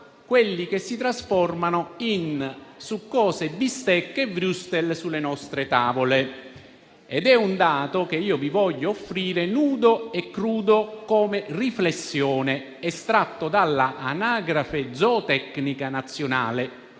quelli che si trasformano in succose bistecche e würstel sulle nostre tavole. È un dato che vi voglio offrire nudo e crudo come riflessione, estratto dall'Anagrafe zootecnica nazionale